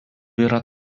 yra